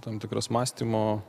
tam tikras mąstymo